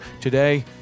today